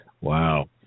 Wow